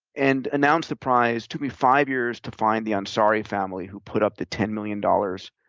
and announced the prize. took me five years to find the ansari family who put up the ten million dollars,